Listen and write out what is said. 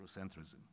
Eurocentrism